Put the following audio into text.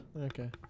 Okay